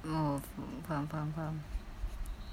oh faham faham faham